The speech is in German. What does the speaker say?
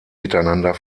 miteinander